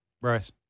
Bryce